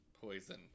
Poison